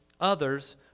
others